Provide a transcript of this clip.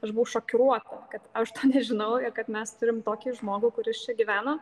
aš buvau šokiruota kad aš nežinau ir kad mes turim tokį žmogų kuris čia gyveno